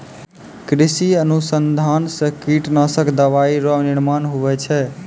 कृषि अनुसंधान से कीटनाशक दवाइ रो निर्माण हुवै छै